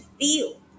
feel